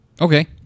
Okay